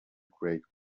grate